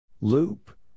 Loop